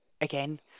again